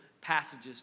passages